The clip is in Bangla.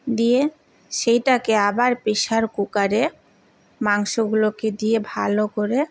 দিয়ে সেইটাকে আবার প্রেসার কুকারে মাংসগুলোকে দিয়ে ভালো করে